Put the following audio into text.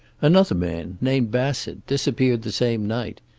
another man, named bassett, disappeared the same night.